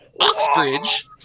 oxbridge